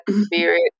spirit